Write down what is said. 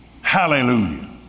Hallelujah